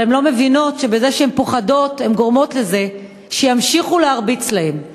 אבל הן לא מבינות שבגלל שהן פוחדות הן גורמות שימשיכו להרביץ להן.